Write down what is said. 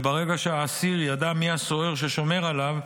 וברגע שהאסיר ידע מי הסוהר ששומר עליו,